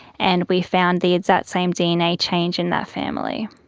and we found the exact same dna change in that family.